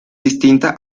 distinta